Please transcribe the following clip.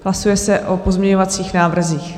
Hlasuje se o pozměňovacích návrzích.